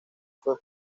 fue